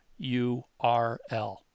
URL